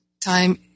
Time